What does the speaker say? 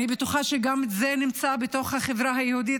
אני בטוחה שגם זה נמצא בתוך החברה היהודית,